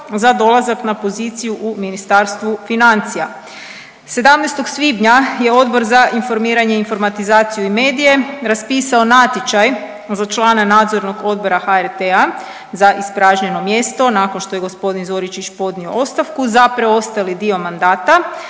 za dolazak na poziciju u Ministarstvu financija. 17. svibnja je Odbor za informiranje, informatizaciju i medije raspisao natječaj za člana Nadzornog odbora HRT-a za ispražnjeno mjesto nakon što je gospodin Zoričić podnio ostavku za preostali dio mandata,